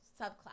subclass